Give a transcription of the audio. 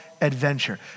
Adventure